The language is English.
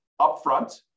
upfront